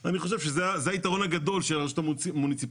ואני חושב שזה היתרון הגדול של הרשות המוניציפאלית.